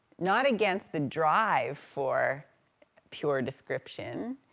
not against the drive for pure description,